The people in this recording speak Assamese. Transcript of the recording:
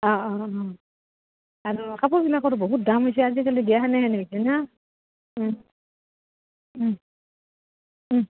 অঁ অঁ অঁ আৰু কাপোৰবিলাকৰ বহুত দাম হৈছে আজিকালি